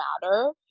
Matter